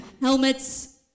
helmets